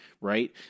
right